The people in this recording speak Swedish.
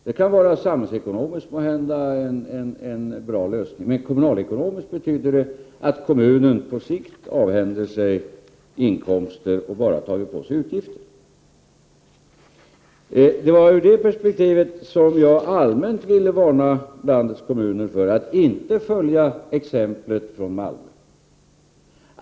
Det kan måhända vara en samhällsekonomiskt bra lösning, men kommunalekonomiskt betyder det att kommunen på sikt avhänder sig inkomster och bara tar på sig utgifter. Det var ur det perspektivet som jag allmänt ville varna landets kommuner för att inte följa exemplet från Malmö.